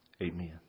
amen